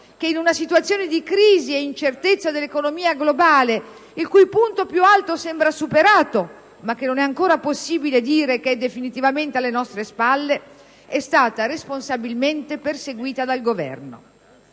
che in una situazione di crisi ed incertezza dell'economia globale - il cui punto più alto sembra superato, ma che non è ancora possibile dire che è definitivamente alle nostre spalle - è stata responsabilmente perseguita dal Governo.